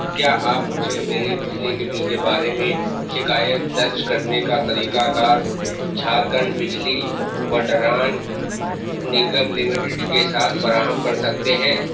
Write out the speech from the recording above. کیا آپ مجھے میرے بجلی کے بل کے بارے میں شکایت درج کرنے کا طریقہ کار جھارکھنڈ بجلی وٹران نگم لمیٹڈ کے ساتھ فراہم کر سکتے ہیں